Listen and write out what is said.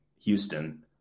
Houston